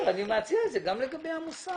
אני מציע את זה גם לגבי המוסד.